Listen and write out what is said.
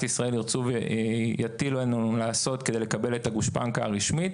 ישראל ירצו ויטילו עלינו לעשות כדי לקבל את הגושפנקא הרשמית